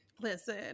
Listen